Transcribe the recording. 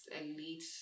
elite